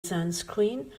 sunscreen